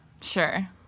sure